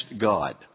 God